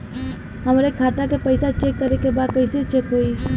हमरे खाता के पैसा चेक करें बा कैसे चेक होई?